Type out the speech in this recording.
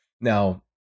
Now